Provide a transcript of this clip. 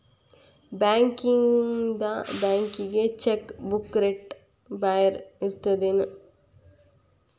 ಬಾಂಕ್ಯಿಂದ ಬ್ಯಾಂಕಿಗಿ cheque book rate ಬ್ಯಾರೆ ಇರ್ತದೇನ್